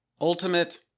Ultimate